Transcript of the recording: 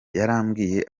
yarambwiye